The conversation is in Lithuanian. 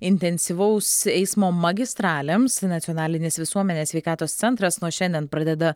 intensyvaus eismo magistralėms nacionalinis visuomenės sveikatos centras nuo šiandien pradeda